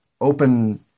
open